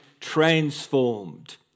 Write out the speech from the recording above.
transformed